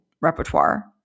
repertoire